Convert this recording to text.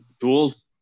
tools